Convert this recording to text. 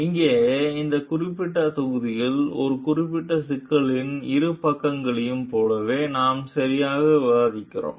இங்கே இந்த குறிப்பிட்ட தொகுதியில் ஒரு குறிப்பிட்ட சிக்கலின் இரு பக்கங்களையும் போலவே நாம் சரியாக விவாதிக்கிறோம்